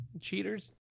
cheaters